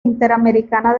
interamericana